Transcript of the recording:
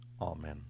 Amen